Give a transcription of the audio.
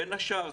בין השאר,